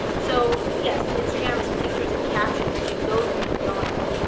so yes, instagram is pictures and captions, but it goes beyond that.